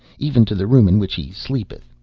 even to the room in which he sleepeth,